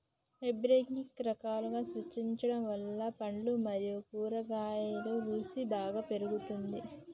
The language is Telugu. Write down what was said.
హైబ్రిడ్ రకాలను సృష్టించడం వల్ల పండ్లు మరియు కూరగాయల రుసి బాగా పెరుగుతుంది